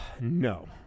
no